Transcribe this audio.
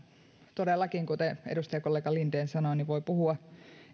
todellakin kuten edustajakollega linden sanoi voi puhua